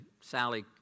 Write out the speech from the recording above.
Sally